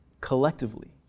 collectively